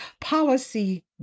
policy